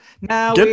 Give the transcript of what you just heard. Now